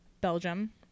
Belgium